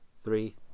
three